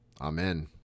Amen